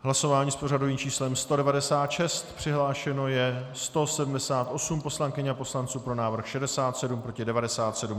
Hlasování s pořadovým číslem 196, přihlášeno je 178 poslankyň a poslanců, pro návrh 67, proti 97.